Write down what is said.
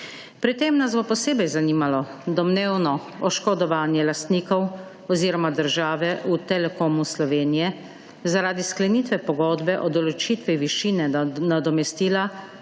Pri tem nas bo posebej zanimalo domnevno oškodovanje lastnikov oziroma države v Telekomu Slovenije zaradi sklenitve pogodbe o določitvi višine nadomestila